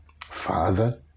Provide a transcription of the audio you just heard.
Father